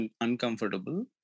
uncomfortable